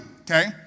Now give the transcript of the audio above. Okay